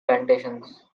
plantations